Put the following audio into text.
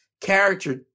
character